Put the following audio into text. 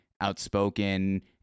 outspoken